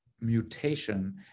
mutation